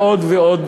ועוד ועוד,